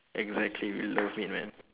exactly we love it man